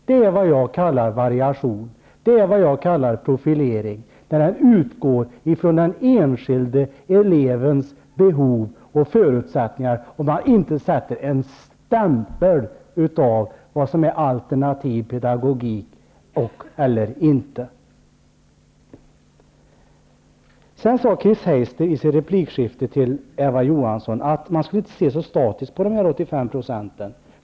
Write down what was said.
Det är vad jag kallar variation, det är vad jag kalla profilering -- den utgår från den enskilde elevens behov och förutsättningar, och man sätter inte en stämpel på vad som är alternativ pedagogik eller inte. Johansson att man inte skulle se så statiskt på de 85 %.